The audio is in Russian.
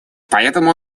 поэтому